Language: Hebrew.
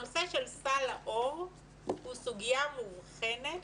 הנושא של סל לאור הוא סוגיה מובחנת